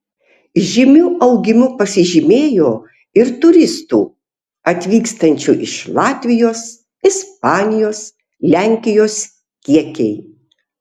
žymiu augimu pasižymėjo ir turistų atvykstančių iš latvijos ispanijos lenkijos kiekiai